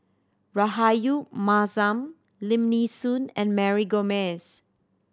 Rahayu Mahzam Lim Nee Soon and Mary Gomes